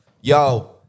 Yo